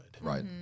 Right